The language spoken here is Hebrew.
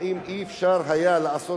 האם אי-אפשר לעשות